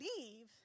leave